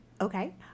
Okay